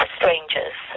strangers